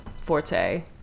forte